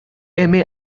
aimé